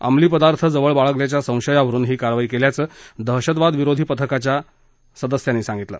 अंमलीपदार्थ जवळ बाळगल्याच्या संशयावरून ही कारवाई केल्याचं दहशतविरोधी पथकाच्या पथकानं सांगितलं